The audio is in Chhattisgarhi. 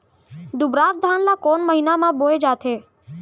दुबराज धान ला कोन महीना में बोये जाथे?